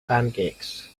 pancakes